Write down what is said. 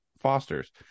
fosters